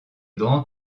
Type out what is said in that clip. grands